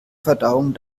verdauung